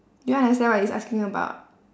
you don't understand what it's asking about